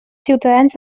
ciutadans